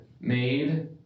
made